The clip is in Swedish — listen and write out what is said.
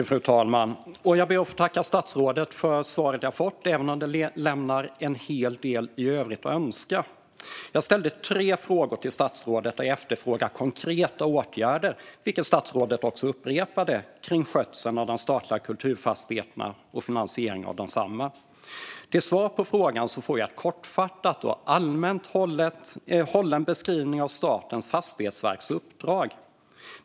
Fru talman! Jag ber att få tacka statsrådet för svaret jag fått, även om det lämnar en hel del i övrigt att önska. Jag ställde tre frågor till statsrådet. Där efterfrågade jag konkreta åtgärder, vilka statsrådet också upprepade, kring skötseln av de statliga kulturfastigheterna och finansieringen av desamma. Till svar får jag en kortfattad och allmän beskrivning av Statens fastighetsverks uppdrag.